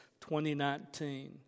2019